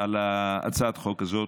על הצעת החוק הזאת,